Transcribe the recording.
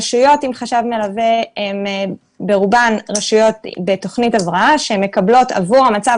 רשויות עם חשב מלווה ברובן הן רשויות בתוכנית הבראה שמקבלות עבור המצב